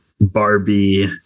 Barbie